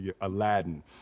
Aladdin